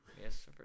Yes